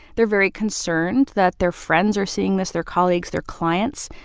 they're very concerned that their friends are seeing this, their colleagues, their clients.